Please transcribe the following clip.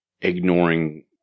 ignoring